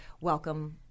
welcome